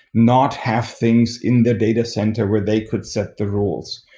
not have things in the data center where they could set the rules.